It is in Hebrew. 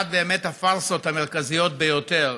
אחת הפארסות המרכזיות ביותר,